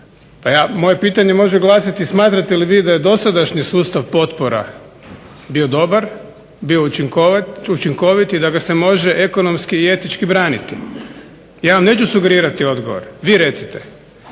moje pitanje može glasiti smatrate li vi da je dosadašnji sustav potpora bio dobar, bio učinkovit i da ga se može ekonomski i etički braniti? Ja vam neću sugerirati odgovor. Vi recite.